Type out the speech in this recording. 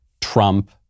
Trump